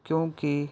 ਕਿਉਂਕਿ